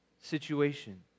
situation